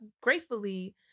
gratefully